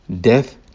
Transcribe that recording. Death